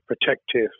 protective